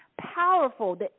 powerful